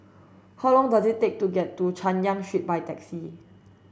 how long does it take to get to Chay Yan Street by taxi